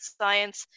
science